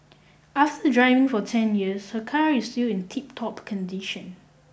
after driving for ten years her car is still in tiptop condition